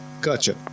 Gotcha